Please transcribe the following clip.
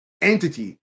entity